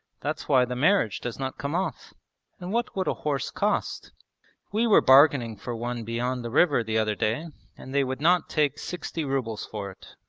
that's why the marriage does not come off and what would a horse cost we were bargaining for one beyond the river the other day and they would not take sixty rubles for it,